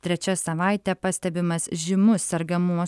trečia savaitė pastebimas žymus sergamumo